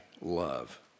love